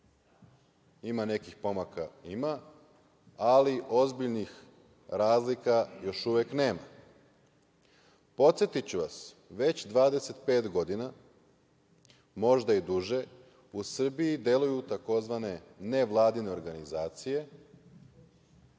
ima nekih pomaka, ima. Ali, ozbiljnih razlika još uvek nema. Podsetiću vas, već 25 godina, možda i duže, u Srbiji deluju tzv. nevladine organizacije